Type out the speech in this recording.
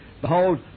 Behold